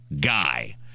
guy